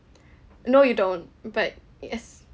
no you don't but yes